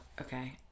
okay